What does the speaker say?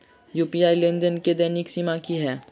UPI लेनदेन केँ दैनिक सीमा की है?